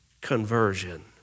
conversion